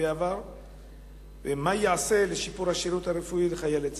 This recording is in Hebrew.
3. מה ייעשה לשיפור השירות הרפואי לחיילי צה"ל?